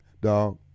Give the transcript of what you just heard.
dog